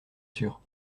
sûr